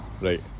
Right